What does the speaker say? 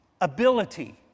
ability